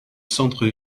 centre